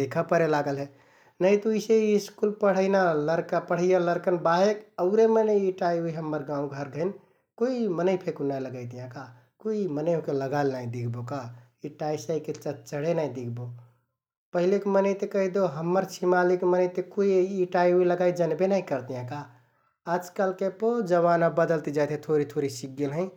देखा परे लागल हे । नहिंत उइसे यि स्कुल पढैना लरका, पढैया लरकन बाहेक औरे मनैं यि टाइउइ हम्मर गाउँघर घैंन कुइ मनैं फेकुन नाइ लगैतियाँ का । कुइ मनैं ओहके लगाइल नाइ दिख्बो का, यि टाइ साइके चच्चडे नाइ दिख्बो । पहिलेक मनैं ते कहिदेउ हम्मर छिमालिक मनैं ते कुइ यि टाइ उइ जन्बे नाइ करतियाँ का । आजकालके पो जमाना बदलति जाइथे थोरि थोरि सिख्गेल हैं ।